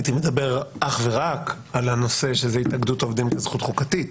הייתי מדבר אך ורק על הנושא שזה התאגדות עובדים בזכות חוקתית